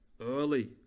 early